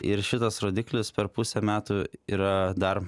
ir šitas rodiklis per pusę metų yra dar